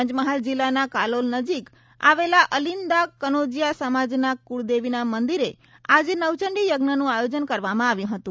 પંચમહાલ જિલ્લાના કાલોલ નજીક આવેલા અલીન્દાના કનોજીયા સમાજના કૂળદેવીના મંદિરે આજે નવચંડી યજ્ઞનું આયોજન કરવામાં આવ્યું હતું